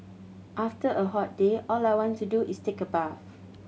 after a hot day all I want to do is take a bath